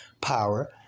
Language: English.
power